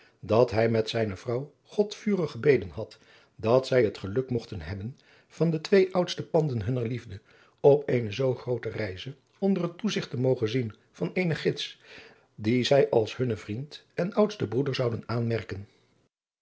dat hij met zijne vrouw god vurig gebeden had dat zij het geluk mogten hebben van de twee oudste panden hunner liefde op eene zoo groote reize onder het toezigt te mogen zien van eenen gids dien zij als hunnen vriend en oudsten broeder zouden aanmerken